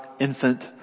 infant